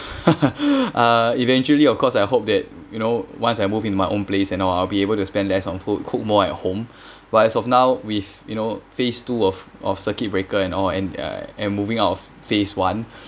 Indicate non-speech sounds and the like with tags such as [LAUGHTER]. [LAUGHS] uh eventually of course I hope that you know once I move into my own place and all I'll be able to spend less on food cook more at home but as of now with you know phase two of of circuit breaker and all and uh and moving out of phase one